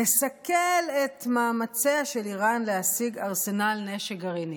לסכל את מאמציה של איראן להשיג ארסנל נשק גרעיני.